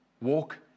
walk